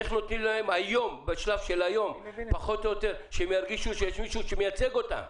איך נותנים להם בשלב היום שהם להרגיש שמישהו מייצג אותם?